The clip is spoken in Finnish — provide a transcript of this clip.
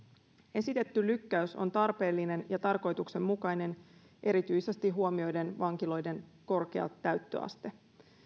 esitetty lykkäys on tarpeellinen ja tarkoituksenmukainen erityisesti huomioiden vankiloiden korkea täyttöaste